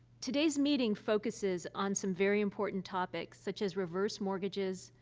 today's meeting focuses on some very important topics, such as reverse mortgages,